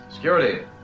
Security